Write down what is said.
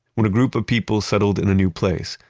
when a group of people settled in a new place,